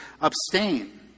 abstain